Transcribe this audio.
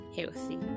healthy